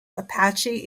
apache